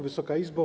Wysoka Izbo!